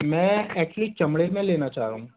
मैं एक्चुअली चमड़े में लेना चाह रहा हूँ